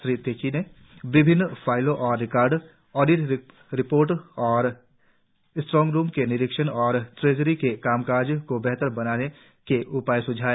श्री तेची ने विभिन्न फाइलों और रिकॉर्डों ओडिट रिपोर्टो और स्ट्रोंग रुम का निरीक्षण और ट्रेजरी के कामकाज को और बेहतर बनाने के उपाय स्झाए